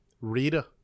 Rita